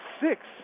six